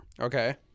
Okay